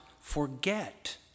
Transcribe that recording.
forget